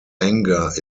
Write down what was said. anger